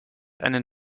einen